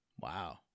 Wow